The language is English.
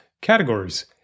categories